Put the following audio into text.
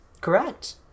Correct